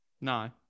No